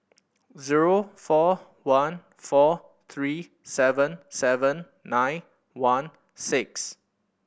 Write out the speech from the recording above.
zero four one four three seven seven nine one six